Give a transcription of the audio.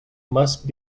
must